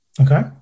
Okay